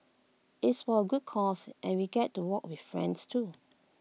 it's for A good cause and we get to walk with friends too